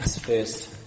First